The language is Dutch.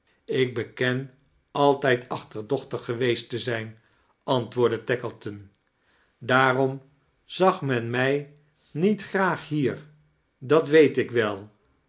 ik beken altijd achtei-dochtig geweest te zijn antwoordde tackleton daarom zag men mij niet graag hiar dat weet ik wel